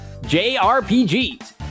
jrpgs